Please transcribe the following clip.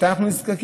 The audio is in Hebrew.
מתי אנחנו נזדקק?